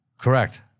Correct